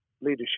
leadership